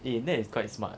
eh that is quite smart